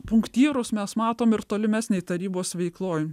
punktyrus mes matom ir tolimesnėj tarybos veikloj